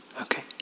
Okay